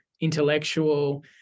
intellectual